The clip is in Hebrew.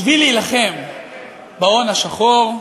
בשביל להילחם בהון השחור,